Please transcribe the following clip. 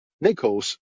Nichols